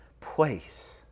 place